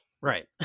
Right